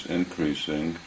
increasing